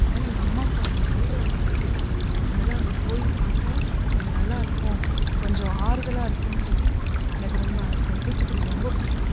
ஏன்னால் எங்கள் அம்மா அப்பாவோடய கல்லரா அங்கே இருக்குது அதனால் அங்கே போய் பார்த்தா கொஞ்சம் நல்லாயிருக்கும் கொஞ்சம் ஆறுதலாக இருக்கும்னு சொல்லி எனக்கு ரொம்ப ஆசை தூத்துக்குடி ரொம்ப பிடிக்கும்